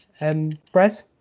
Brez